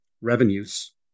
revenues